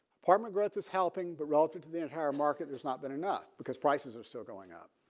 apartment growth is helping but relative to the entire market there's not been enough because prices are still going up